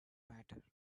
matter